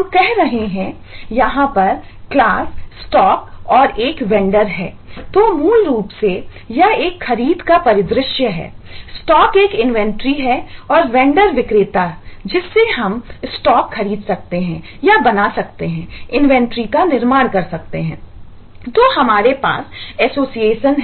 तो हमारे पास एसोसिएशन से